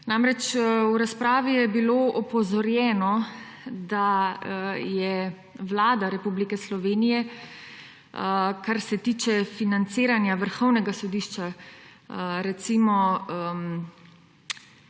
sveta. V razpravi je bilo opozorjeno, da Vlada Republike Slovenije, kar se tiče financiranja Vrhovnega sodišča, ni